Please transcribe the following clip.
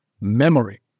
memory